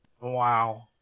Wow